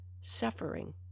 suffering